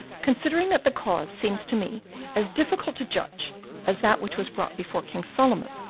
considering that the cause seems to me as difficult to judge as that which was brought before king solomon,